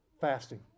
Fasting